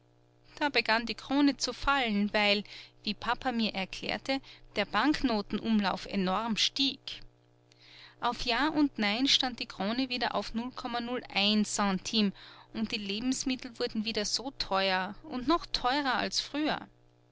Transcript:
da begann die krone zu fallen weil wie papa mir erklärte der banknotenumlauf enorm stieg auf ja und nein stand die krone wieder auf nur ein centime und die lebensmittel wurden wieder so teuer und noch teurer als früher